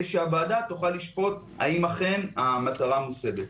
שהוועדה תוכל לשפוט אם אכן המטרה מושגת.